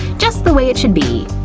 just the way it should be.